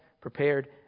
prepared